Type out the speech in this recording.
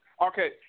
Okay